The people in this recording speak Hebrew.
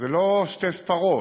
זה לא שתי ספרות.